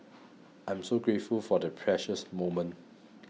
I am so grateful for the precious moment